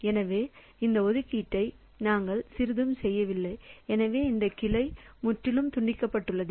எனவே இந்த ஒதுக்கீட்டை நாங்கள் சிறிதும் செய்யவில்லை எனவே இந்த கிளை முற்றிலும் துண்டிக்கப்பட்டுள்ளது